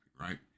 right